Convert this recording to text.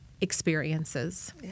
experiences